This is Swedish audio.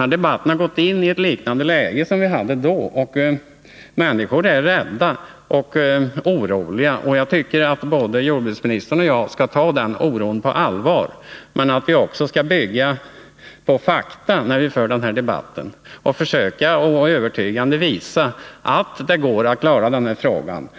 här debatten har gått in i ett skede som liknar vad vi upplevde då — när det gällde förläggning av kärnkraftverk. Människor är rädda och oroliga, och jag tycker att både jordbruksministern och jag skall ta den oron på allvar. Men vi skall också bygga på fakta när vi för den här debatten och försöka att övertygande visa att det går att klara denna fråga.